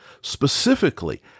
specifically